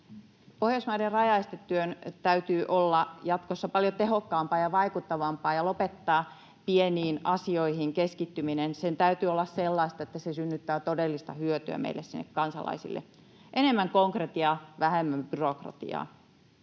Pohjoismaiden rajaestetyön täytyy olla jatkossa paljon tehokkaampaa ja vaikuttavampaa ja lopettaa pieniin asioihin keskittyminen. Sen täytyy olla sellaista, että se synnyttää todellista hyötyä sinne kansalaisille — enemmän konkretiaa, vähemmän byrokratiaa.